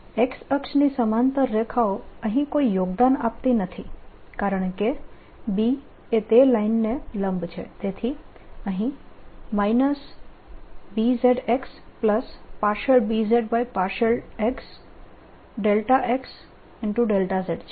X અક્ષની સમાંતર રેખાઓ અહીં કોઈ યોગદાન આપતી નથી કારણકે B એ તે લાઈનને લંબ છે તેથી અહીં BzxBz∂xx z છે